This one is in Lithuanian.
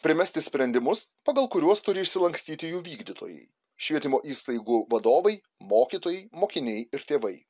primesti sprendimus pagal kuriuos turi išsilankstyti jų vykdytojai švietimo įstaigų vadovai mokytojai mokiniai ir tėvai